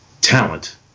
talent